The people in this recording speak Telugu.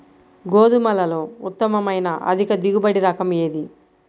గోధుమలలో ఉత్తమమైన అధిక దిగుబడి రకం ఏది?